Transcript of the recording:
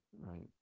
right